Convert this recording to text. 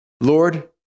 Lord